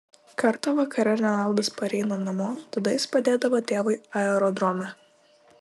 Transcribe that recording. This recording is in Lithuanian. kartą vakare renaldas pareina namo tada jis padėdavo tėvui aerodrome